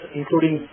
including